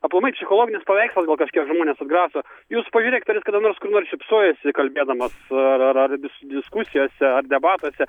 aplamai psichologinis paveikslas gal kažkiek žmones atgraso jūs pažiūrėkit ar jis kada nors kur nors šypsojosi kalbėdamas ar ar ar dis diskusijose ar debatuose